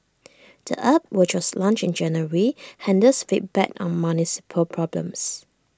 the app which was launched in January handles feedback on municipal problems